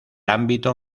ámbito